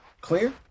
Clear